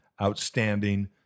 outstanding